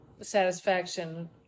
satisfaction